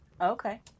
Okay